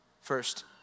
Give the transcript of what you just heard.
first